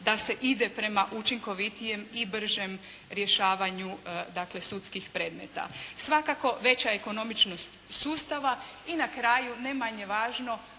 da se ide prema učinkovitijem i bržem rješavanju sudskih predmeta. Svakako veća ekonomičnost sustava i na kraju ne manje važno,